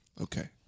Okay